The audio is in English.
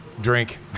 Drink